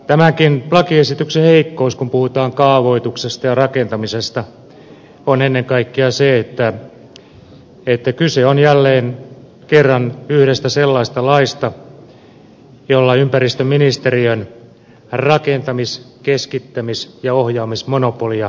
tämänkin lakiesityksen heikkous kun puhutaan kaavoituksesta ja rakentamisesta on ennen kaikkea se että kyse on jälleen kerran yhdestä sellaisesta laista jolla ympäristöministeriön rakentamis keskittämis ja ohjaamismonopolia bunkkeroidaan